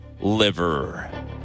Liver